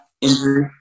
injury